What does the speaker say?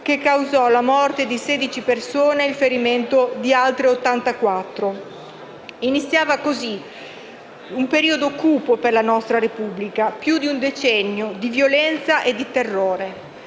che causò la morte di sedici persone e il ferimento di altre ottantaquattro. Iniziava così un periodo cupo per la nostra Repubblica. Più di un decennio di violenza e di terrore: